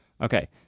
Okay